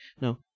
No